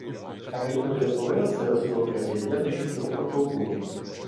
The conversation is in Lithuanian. karaimai lietuvoje save suvokia kaip vieną iš tiurkų tautų